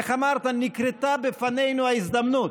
איך אמרת, נקרתה בפנינו ההזדמנות.